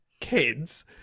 kids